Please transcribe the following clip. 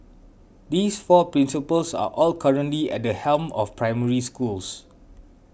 these four principals are all currently at the helm of Primary Schools